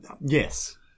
yes